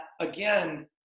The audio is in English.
again